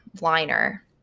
liner